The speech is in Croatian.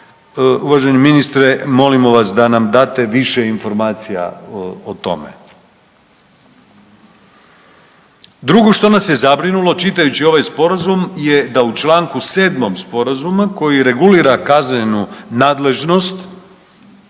uvaženi ministre, molimo vas da nam date više informacija o tome. Drugo što nas je zabrinulo čitajući ovaj Sporazum je da u čl. 7 Sporazuma koji regulira kaznenu nadležnost